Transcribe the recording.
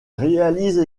réalise